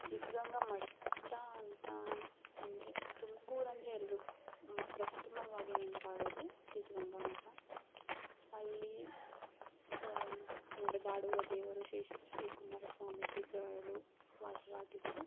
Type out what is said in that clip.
ಸಿದ್ಧಗಂಗಾ ಮಠ ಅಂತ ಅಂದರೆ ತುಮಕೂರು ಅಂದರೆ ಎಲ್ರಿಗು ಪ್ರಥಮವಾಗಿ ನೆನ್ಪು ಆಗೋದೆ ಸಿದ್ಧಗಂಗಾ ಮಠ ಅಲ್ಲಿ ನಡೆದಾಡುವ ದೇವರು ಶ್ರೀ ಶಿವಕುಮಾರ ಸ್ವಾಮೀಜಿಗಳು ವಾಸವಾಗಿದ್ದರು